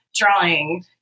Drawing